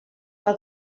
pel